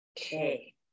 okay